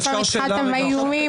עוד פעם התחלת עם האיומים?